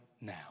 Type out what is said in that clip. now